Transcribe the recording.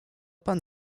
pan